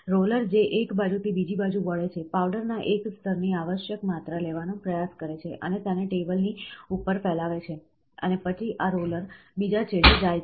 roller જે એક બાજુથી બીજી બાજુ વળે છે પાવડરના એક સ્તરની આવશ્યક માત્રા લેવાનો પ્રયાસ કરે છે અને તેને ટેબલની ઉપર ફેલાવે છે અને પછી આ રોલર બીજા છેડે જાય છે